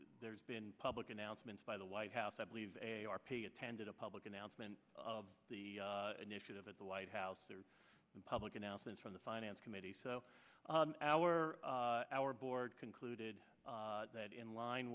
there's been public announcements by the white house i believe a r p attended a public announcement of the initiative at the white house or in public announcements from the finance committee so our our board concluded that in line